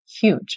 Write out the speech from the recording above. Huge